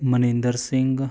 Maninder Singh